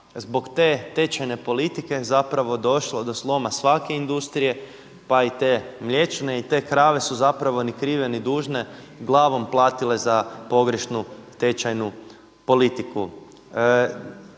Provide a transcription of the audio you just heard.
zbog te tečajne politike zapravo je došlo do sloma svake industrije pa i te mliječne. I te krave su zapravo ni krive ni dužne glavom platile za pogrešnu tečajnu politiku.